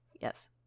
yes